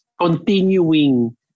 continuing